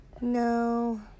No